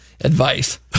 advice